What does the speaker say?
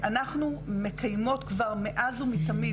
אנחנו מקיימות כבר מאז ומתמיד,